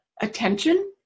attention